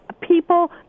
people